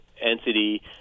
entity